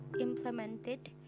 implemented